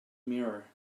mirror